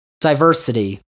diversity